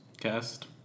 cast